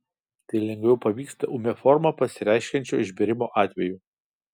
tai lengviau pavyksta ūmia forma pasireiškiančio išbėrimo atveju